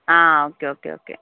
ആ okay okay